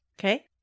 Okay